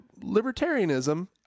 libertarianism